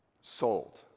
sold